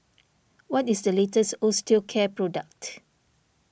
what is the latest Osteocare product